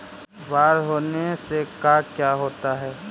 बाढ़ होने से का क्या होता है?